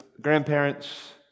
grandparents